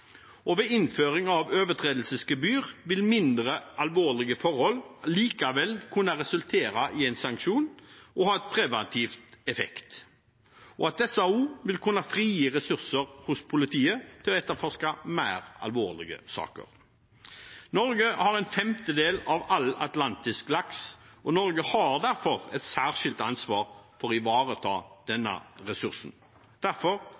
Ved innføring av overtredelsesgebyr vil mindre alvorlige forhold likevel kunne resultere i en sanksjon og ha preventiv effekt. Dette vil også kunne frigjøre ressurser hos politiet til å etterforske mer alvorlige saker. Norge har en femtedel av all atlantisk laks, og Norge har derfor et særskilt ansvar for å ivareta denne ressursen. Derfor